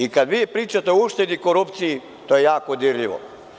I kad vi pričate o uštedi i korupciji, to je jako dirljivo.